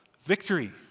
victory